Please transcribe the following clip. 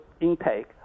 intake